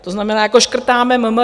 To znamená, jako škrtáme MMR?